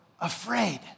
afraid